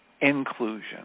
inclusion